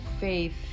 faith